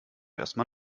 erstmal